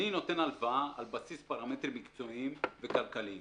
אני נותן הלוואה על בסיס פרמטרים מקצועיים וכלכליים